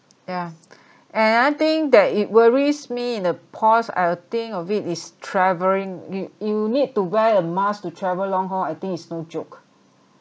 yeah and I think that it worries me in the cause I'll think of it is travelling you you need to wear a mask to travel long haul I think it's no joke